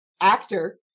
actor